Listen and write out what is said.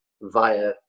via